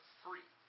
free